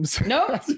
no